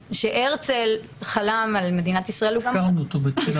כשהרצל חלם על מדינת ישראל -- הזכרנו אותו בתחילת הדיון.